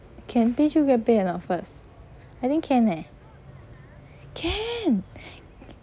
can pay through GrabPay or not first I think can eh can